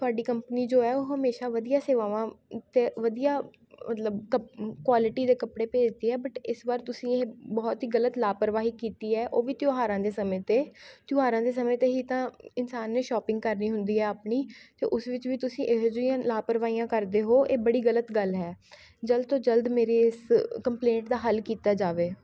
ਤੁਹਾਡੀ ਕੰਪਨੀ ਜੋ ਹੈ ਉਹ ਹਮੇਸ਼ਾ ਵਧੀਆ ਸੇਵਾਵਾਂ ਅਤੇ ਵਧੀਆ ਕ ਲਬ ਕ ਕੁਆਲਟੀ ਦੇ ਕੱਪੜੇ ਭੇਜਦੀ ਹੈ ਬਟ ਇਸ ਵਾਰ ਤੁਸੀਂ ਇਹ ਬਹੁਤ ਹੀ ਗਲ਼ਤ ਲਾਹਪ੍ਰਵਾਹੀ ਕੀਤੀ ਹੈ ਉਹ ਵੀ ਤਿਉਹਾਰਾਂ ਦੇ ਸਮੇਂ 'ਤੇ ਤਿਉਹਾਰਾਂ ਦੇ ਸਮੇਂ 'ਤੇ ਹੀ ਤਾਂ ਇਨਸਾਨ ਨੇ ਸ਼ੌਪਿੰਗ ਕਰਨੀ ਹੁੰਦੀ ਹੈ ਆਪਣੀ ਅਤੇ ਉਸ ਵਿੱਚ ਵੀ ਤੁਸੀਂ ਇਹੋ ਜਿਹੀਆਂ ਲਾਹਪ੍ਰਵਾਹੀਆਂ ਕਰਦੇ ਹੋ ਇਹ ਬੜੀ ਗਲਤ ਗੱਲ ਹੈ ਜਲਦ ਤੋਂ ਜਲਦ ਮੇਰੇ ਇਸ ਕੰਪਲੇਂਟ ਦਾ ਹੱਲ ਕੀਤਾ ਜਾਵੇ